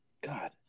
God